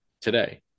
today